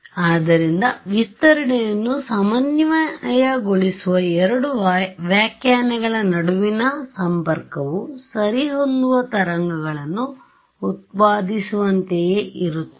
ಆದ್ದರಿಂದ ವಿಸ್ತರಣೆಯನ್ನು ಸಮನ್ವಯಗೊಳಿಸುವ ಎರಡು ವ್ಯಾಖ್ಯಾನಗಳ ನಡುವಿನ ಸಂಪರ್ಕವು ಸರಿಹೊಂದುವ ತರಂಗಗಳನ್ನು ಉತ್ಪಾದಿಸುವಂತೆಯೇ ಇರುತ್ತದೆ